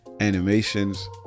animations